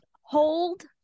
Hold